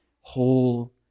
whole